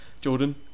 Jordan